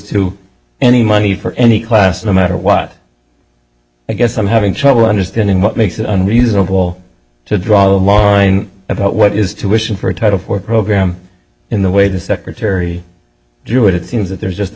to any money for any class no matter what i guess i'm having trouble understanding what makes it unreasonable to draw the line about what is to wishing for a title for program in the way the secretary drew it it seems that there's just